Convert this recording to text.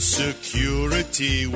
security